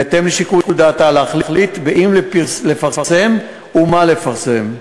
בהתאם לשיקול דעתה, להחליט אם לפרסם ומה לפרסם.